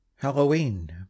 Halloween